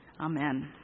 Amen